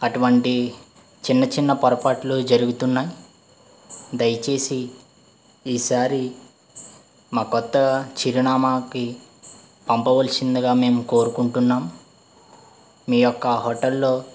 అటువంటి చిన్న చిన్న పొరపాట్లు జరుగుతున్నాయి దయచేసి ఈసారి మా కొత్త చిరునామాకి పంపవలసిందిగా మేము కోరుకుంటున్నాం మీ యొక్క హోటల్లో